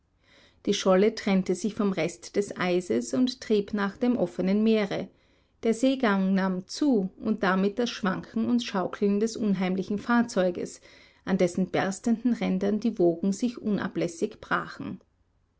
die scholle trennte sich von dem rest des eises und trieb nach dem offenen meere der seegang nahm zu und damit das schwanken und schaukeln des unheimlichen fahrzeuges an dessen berstenden rändern die wogen sich unablässig brachen